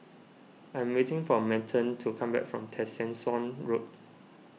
I am waiting for Merton to come back from Tessensohn Road